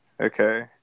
Okay